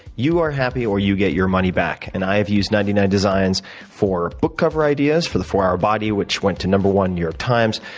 you are happy or you get your money back. and i have used ninety nine designs for book cover ideas for the four hour body, which went to number one new york times,